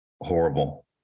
horrible